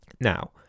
Now